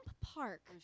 Park